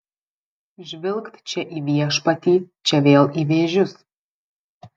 žvilgt čia į viešpatį čia vėl į vėžius